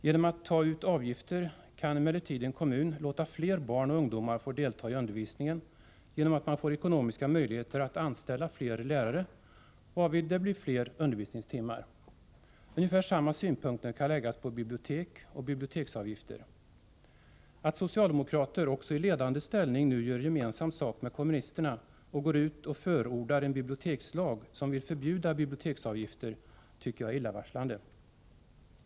Genom att ta ut avgifter kan emellertid en kommun låta flera barn och ungdomar få delta i undervisningen — man får ekonomiska möjligheter att anställa fler lärare, varvid det blir fler undervisningstimmar. Ungefär samma synpunkter kan läggas på frågan om bibliotek och biblioteksavgifter. Att socialdemokrater i ledande ställning nu gör gemensam sak med kommunisterna och förordar en bibliotekslag som vill förbjuda biblioteksavgifter tycker jag är illavarslande.